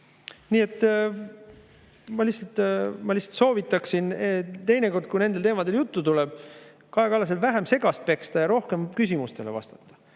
Nii et ma lihtsalt soovitaksin Kaja Kallasele, et teinekord, kui nendel teemadel juttu tuleb, siis vähem segast peksta ja rohkem küsimustele vastata.